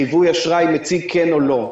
חיווי אשראי מציג כן, או לא.